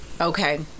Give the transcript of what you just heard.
okay